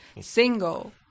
single